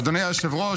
אדוני היושב-ראש,